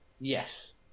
Yes